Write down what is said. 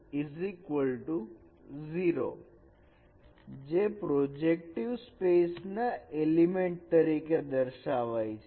axbyc0 જે projective space ના element તરીકે દર્શાવાય છે